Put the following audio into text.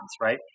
right